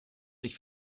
sich